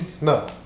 No